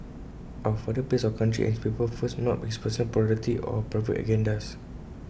our father placed our country and his people first not his personal popularity or private agendas